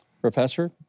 Professor